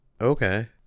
Okay